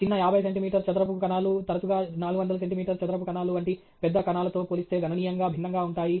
చిన్న 50 సెంటీమీటర్ చదరపు కణాలు తరచుగా 400 సెంటీమీటర్ చదరపు కణాలు వంటి పెద్ద కణాలతో పోలిస్తే గణనీయంగా భిన్నంగా ఉంటాయి